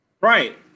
Right